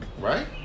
right